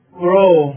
grow